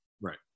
Right